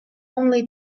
only